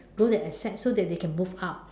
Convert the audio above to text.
grow their assets so that they can move up